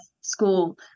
school